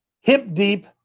hip-deep